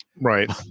Right